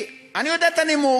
אני יודע את הנימוק,